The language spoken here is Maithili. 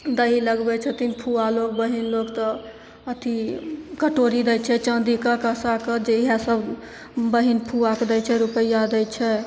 दही लगबै छथिन फुआ लोक बहिन लोक तऽ अथी कटोरी रहै छै चानीके काँसाके जे इएहसब बहिन फुआके दै छै रुपैआ दै छै